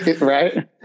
Right